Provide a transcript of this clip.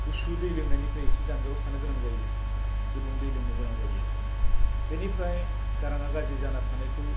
गुसु दै लोंनायनिफ्राय एसे जानगाराव थानो गोनां जायो गुदुं दै लोंनो गोनां जायो बेनिफ्राय गाराङा गाज्रि जाना थानायखौ